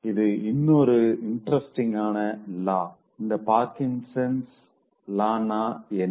இது இன்னொரு இன்ட்ரஸ்டிங்கான லா இந்த பார்க்கின்சன்ஸ் லானாParkinsons law என்ன